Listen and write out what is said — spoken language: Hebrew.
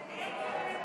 ההצעה להעביר